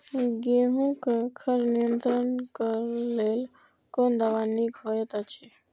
गेहूँ क खर नियंत्रण क लेल कोन दवा निक होयत अछि?